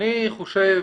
אני חושב,